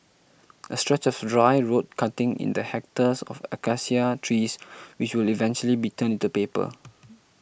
a stretch of dry road cutting in the hectares of Acacia trees which will eventually be turned into paper